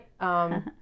right